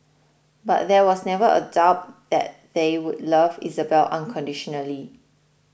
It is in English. but there was never a doubt that they would love Isabelle unconditionally